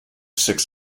six